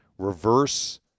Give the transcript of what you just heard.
Reverse